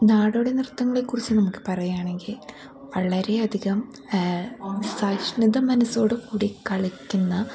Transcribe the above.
നാടോടി നൃത്തങ്ങളെക്കുറിച്ച് നമുക്ക് പറയുകയാണെങ്കിൽ വളരെയധികം സഹിഷ്ണുത മനസ്സോടുകൂടി കളിക്കുന്ന